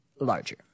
larger